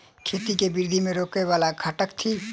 खेती केँ वृद्धि केँ रोकय वला घटक थिक?